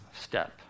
step